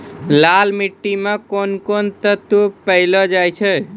लाल मिट्टी मे कोंन कोंन तत्व पैलो जाय छै?